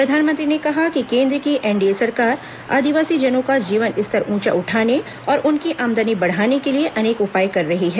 प्रधानमंत्री ने कहा कि केंद्र की एनडीए सरकार आदिवासीजनों का जीवन स्तर ऊंचा उठाने और उनकी ऑमदनी बढ़ाने के लिए अनेक उपाए कर रही है